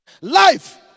Life